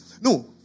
no